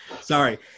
Sorry